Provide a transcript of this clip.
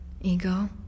Ego